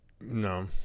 No